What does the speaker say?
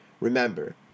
Remember